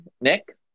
Nick